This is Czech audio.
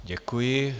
Děkuji.